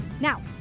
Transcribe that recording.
Now